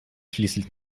schließlich